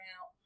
out